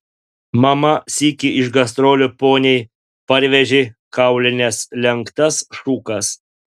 mama sykį iš gastrolių poniai parvežė kaulines lenktas šukas